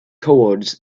towards